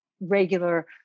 regular